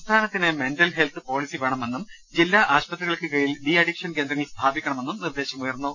സംസ്ഥാനത്തിന് mental health policy വേണമെന്നും ജില്ലാ ആശുപത്രികൾക്കു കീഴിൽ ഡീഅഡിക്ഷൻ കേന്ദ്രങ്ങൾ സ്ഥാപിക്കണമെന്നും നിർദ്ദേശമുയർന്നു